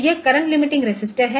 तो यह current limiting resistor है